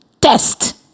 test